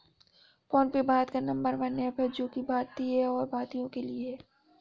phone पे भारत का number one app है जो की भारतीय है और भारतीयों के लिए है